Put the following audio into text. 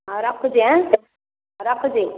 ହଉ ରଖୁଛି ହାଁ ରଖୁଛି